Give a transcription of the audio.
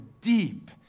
deep